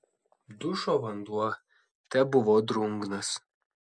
dušo vanduo tebuvo drungnas